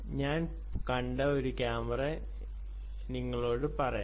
ഞാൻ കണ്ട ഒരു ക്യാമറ ഞാൻ നിങ്ങളോട് പറയുന്നു